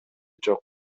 жок